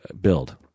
build